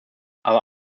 aber